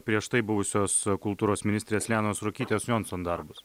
prieš tai buvusios kultūros ministrės lianos ruokytės jonson darbus